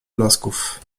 blasków